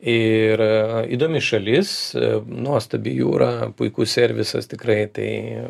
ir įdomi šalis nuostabi jūra puikus servisas tikrai tai